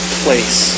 place